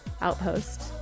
Outpost